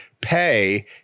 pay